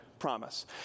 Promise